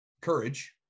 courage